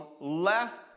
left